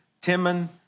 Timon